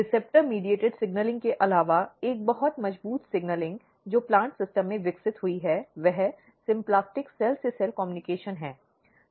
receptor मध्यस्थता signaling के अलावा एक बहुत मजबूत सिग्नलिंग जो प्लान्ट प्रणाली में विकसित हुई है वह सिंप्लास्टिक सेल से सेल कम्युनिकेशन है